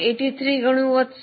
83 ગણી વધશે